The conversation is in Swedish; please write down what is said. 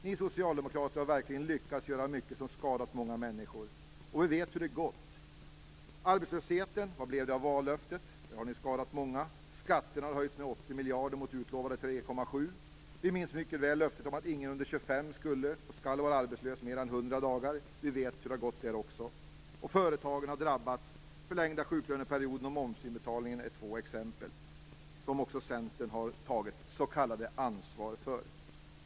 Ni socialdemokrater har verkligen lyckats göra mycket som skadat många människor. Vi vet hur det har gått. Vad blev det av vallöftet angående arbetslösheten? Där har ni skadat många. Skatterna har höjts med 80 miljarder mot utlovade 3,7. Vi minns mycket väl löftet om att ingen under 25 års ålder skulle, eller skall, vara arbetslös mer än 100 dagar. Vi vet hur det har gått där också. Företagen har drabbats. Den förlängda sjuklöneperioden och momsinbetalningen är två exempel som också Centern har tagit s.k. ansvar för.